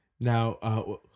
Now